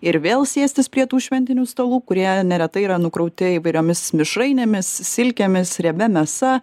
ir vėl sėstis prie tų šventinių stalų kurie neretai yra nukrauti įvairiomis mišrainėmis silkėmis riebia mėsa